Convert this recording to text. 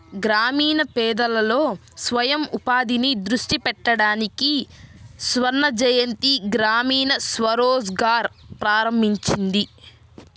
గ్రామీణ పేదలలో స్వయం ఉపాధిని దృష్టి పెట్టడానికి స్వర్ణజయంతి గ్రామీణ స్వరోజ్గార్ ప్రారంభించింది